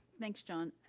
thanks john.